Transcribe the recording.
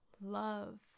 love